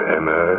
Emma